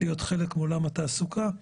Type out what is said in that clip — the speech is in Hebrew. חלק מעולם התעסוקה.